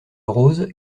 rose